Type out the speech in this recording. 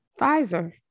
Pfizer